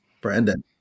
Brandon